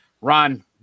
Ron